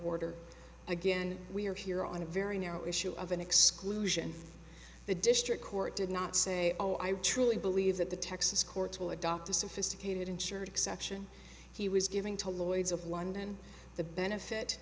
order again we are here on a very narrow issue of an exclusion the district court did not say oh i really believe that the texas courts will adopt a sophisticated insured exception he was giving to lloyd's of london the benefit